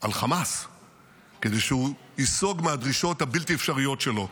על חמאס כדי שהוא ייסוג מהדרישות הבלתי אפשריות שלו,